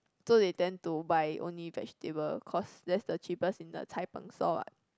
so they tend to buy only vegetable cause that's the cheapest in the cai png store what